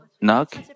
Knock